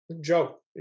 Joe